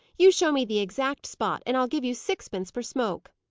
you show me the exact spot, and i'll give you sixpence for smoke.